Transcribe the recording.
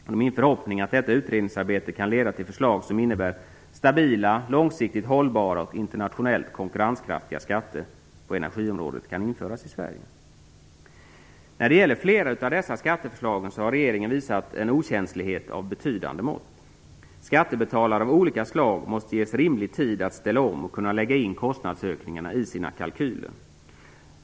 Det är min förhoppning att detta utredningsarbete kan leda till förslag som innebär att stabila, långsiktigt hållbara och internationellt konkurrenskraftiga skatter på energiområdet kan införas i Sverige. När det gäller flera av skatteförslagen har regeringen visat en okänslighet av betydande mått. Skattebetalare av olika slag måste ges rimlig tid att ställa om och att kunna lägga in kostnadsökningarna i sina kalkyler.